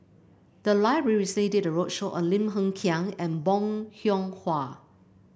the library recently did a roadshow on Lim Hng Kiang and Bong Hiong Hwa